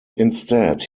instead